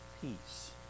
peace